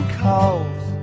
calls